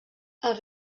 els